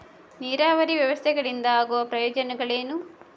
ನೀರಾವರಿ ವ್ಯವಸ್ಥೆಗಳಿಂದ ಆಗುವ ಪ್ರಯೋಜನಗಳೇನು?